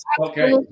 Okay